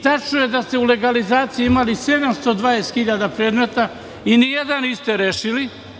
Tačno je da ste u legalizaciji imali 720 hiljada predmeta i ni jedan niste rešili.